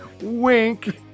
wink